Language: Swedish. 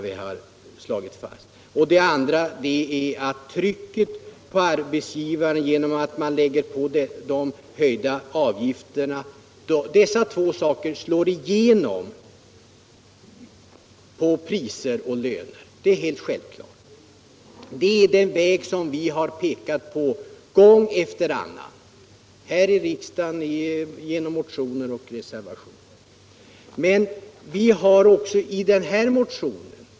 Vi har också slagit fast att marginal effekterna tillsammans med de höjda arbetsgivaravgifterna slår igenom Nr 84 på priser och löner. I den nu aktuella motionen har vi velat rätta till Onsdagen den en för löntagarna negativ effekt av Hagauppgörelserna.